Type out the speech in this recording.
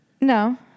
No